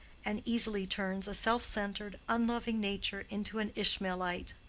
and easily turns a self-centered, unloving nature into an ishmaelite.